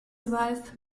wife